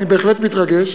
ואני בהחלט מתרגש,